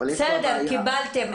קיבלתם.